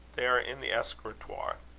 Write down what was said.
they are in the escritoire.